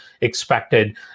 expected